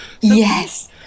yes